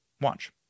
Watch